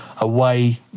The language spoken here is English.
away